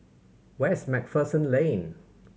where is Macpherson Lane